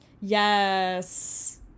yes